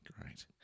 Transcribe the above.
Great